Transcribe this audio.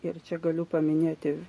ir čia galiu paminėti